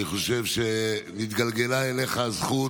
אני חושב שהתגלגלה אליך הזכות,